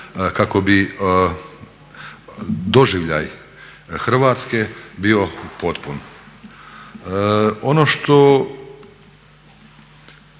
kako bi doživljaj Hrvatske bio potpuno. Ono što